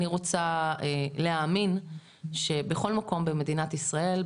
אני רוצה להאמין שבכל מקום במדינת ישראל,